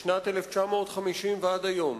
משנת 1959 ועד היום,